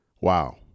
wow